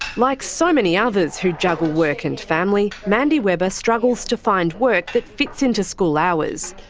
like so many others who juggle work and family, mandy webber struggles to find work that fits in to school hours.